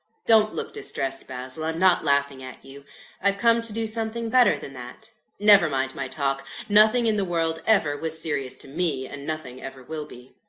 don't look distressed, basil i'm not laughing at you i've come to do something better than that. never mind my talk nothing in the world ever was serious to me, and nothing ever will be.